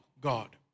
God